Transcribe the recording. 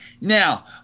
Now